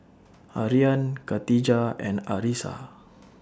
Aryan Katijah and Arissa